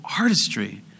artistry